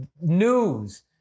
news